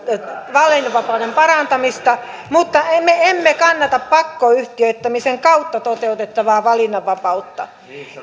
valinnanvapauden parantamista mutta emme kannata pakkoyhtiöittämisen kautta toteutettavaa valinnanvapautta